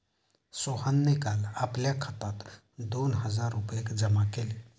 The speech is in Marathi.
सोहनने काल आपल्या खात्यात दोन हजार रुपये जमा केले